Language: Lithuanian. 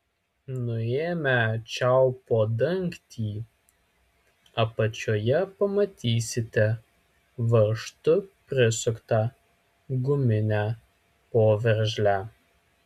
nuėmę čiaupo dangtį apačioje pamatysite varžtu prisuktą guminę poveržlę